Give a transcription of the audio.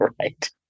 right